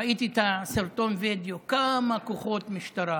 ראיתי את סרטון הווידיאו, כמה כוחות משטרה,